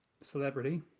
celebrity